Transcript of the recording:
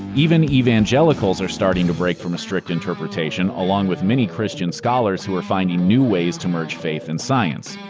even evangelicals are starting to break from a strict interpretation, along with many christian scholars who are finding new ways to merge faith and science.